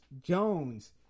Jones